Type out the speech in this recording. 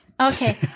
Okay